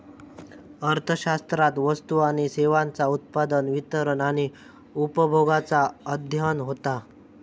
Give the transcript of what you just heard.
अर्थशास्त्रात वस्तू आणि सेवांचा उत्पादन, वितरण आणि उपभोगाचा अध्ययन होता